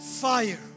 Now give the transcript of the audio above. fire